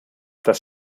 das